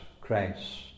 Christ